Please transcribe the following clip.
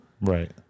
Right